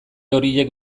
horiek